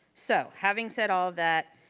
so, having said all of that,